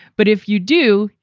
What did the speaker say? but if you do,